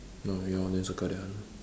no your then circle that one ah